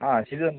हा शिजन